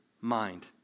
mind